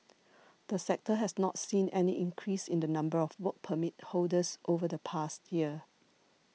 the sector has not seen any increase in the number of Work Permit holders over the past year